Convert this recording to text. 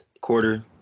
quarter